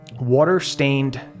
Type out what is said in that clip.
water-stained